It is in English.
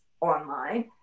online